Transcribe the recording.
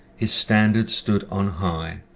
his standard stood on high,